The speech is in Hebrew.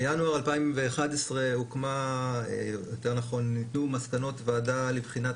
בינואר 2011 ניתנו מסקנות ועדות לבחינת